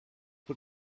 put